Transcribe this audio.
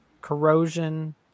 corrosion